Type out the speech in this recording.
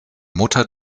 mutter